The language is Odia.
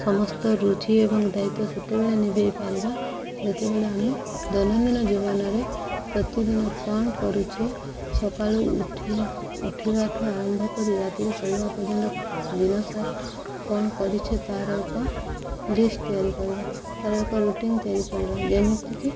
ସମସ୍ତ ରୁଚି ଏବଂ ଦାୟିତ୍ୱ ସେତେବେଳେ ନିଭେଇ ପାରିବା ଯେତେବେଳେ ଆମେ ଦୈନନ୍ଦିନ ଜୀବନରେ ପ୍ରତିଦିନ କ'ଣ କରୁଛେ ସକାଳୁ ଉଠି ଉଠିବାଠୁ ଆରମ୍ଭ କରି ରାତିରେ ଶୋଇବା ପର୍ଯ୍ୟନ୍ତ ଦିନ ସାରା କ'ଣ କରିଛେ ତାର ଏକ ଲିଷ୍ଟ୍ ତିଆରି କରିବା ତାର ଏକ ରୁଟିନ୍ ତିଆରି କରିବା ଯେମିତିକି